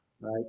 right